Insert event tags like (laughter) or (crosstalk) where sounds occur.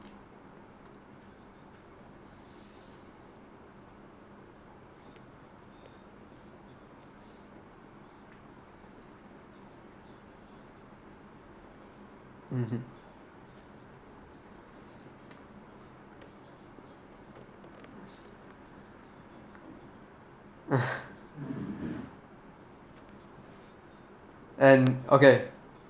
mmhmm (laughs) and okay